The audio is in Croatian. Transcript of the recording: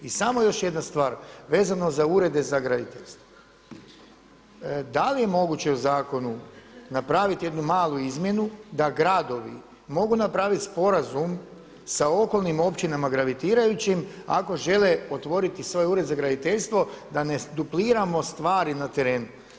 I samo još jedna stvar, vezano za urede za graditeljstvo, da li je moguće u zakonu napraviti jednu malu izmjenu da gradovi mogu napraviti sporazum sa okolnim općinama gravitirajućim ako žele otvoriti svoj ured za graditeljstvo da ne dupliramo stvari na terenu.